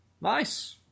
nice